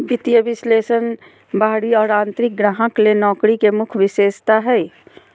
वित्तीय विश्लेषक बाहरी और आंतरिक ग्राहक ले नौकरी के मुख्य विशेषता हइ